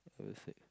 level six